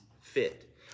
fit